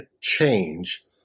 change